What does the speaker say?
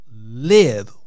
live